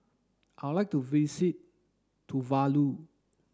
I'd like to visit Tuvalu